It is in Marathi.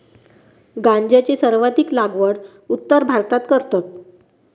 गांजाची सर्वाधिक लागवड उत्तर भारतात करतत